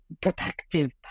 protective